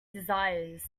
desires